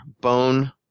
bone